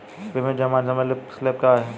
विभिन्न जमा समय स्लैब क्या उपलब्ध हैं?